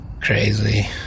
Crazy